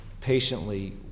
patiently